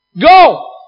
Go